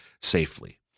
safely